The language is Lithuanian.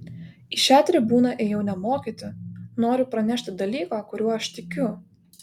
į šią tribūną ėjau ne mokyti noriu pranešti dalyką kuriuo aš tikiu